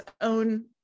own